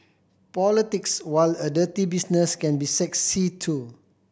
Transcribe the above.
politics while a dirty business can be sexy too